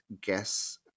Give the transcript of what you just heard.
guess